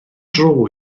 dro